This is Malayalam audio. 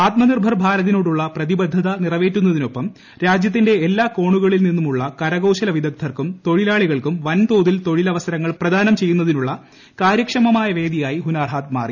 ആത്മനിർഭർ ഭാരതിനോടുള്ള പ്രതിബദ്ധത നിറവേറ്റുന്നതിനൊപ്പം രാജ്യത്തിന്റെ എല്ലാ കോണുകളിൽ നിന്നുമുള്ള കരകൌശല വിദഗ്ധർക്കും തൊഴിലാളികൾക്കും വൻതോതിൽ തൊഴിലവസരങ്ങൾ പ്രദാനം ചെയ്യുന്നതിനുള്ള കാര്യക്ഷമമായ വേദിയായി ഹുനാർ ഹാത്ത് മാറി